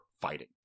fighting